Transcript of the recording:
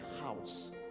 house